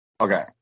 Okay